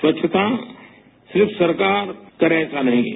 स्वच्छता सिर्फ सरकार करे ऐसा नहीं है